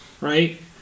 right